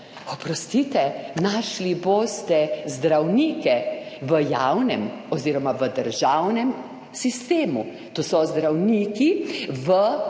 oprostite, našli boste zdravnike v javnem oziroma v državnem sistemu. To so zdravniki v